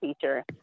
teacher